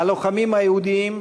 הלוחמים היהודים,